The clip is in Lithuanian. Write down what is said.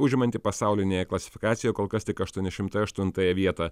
užimantį pasaulinėje klasifikacijoj kol kas tik aštuoni šimtai aštuntąją vietą